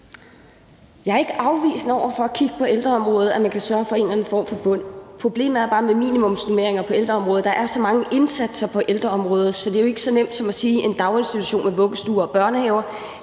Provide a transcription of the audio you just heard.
Jeg er ikke afvisende over for at kigge på ældreområdet, altså om man kan sørge for en eller anden form for bund. Problemet er bare med minimumsnormeringer på ældreområdet, at der er så mange indsatser på ældreområdet, at det ikke er lige så nemt at sige, som det er for en daginstitution med vuggestue og børnehave;